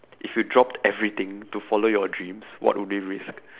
if you dropped everything to follow your dreams what would be risked